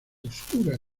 oscura